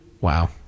Wow